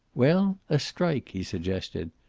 well, a strike, he suggested.